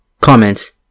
Comments